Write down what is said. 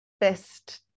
best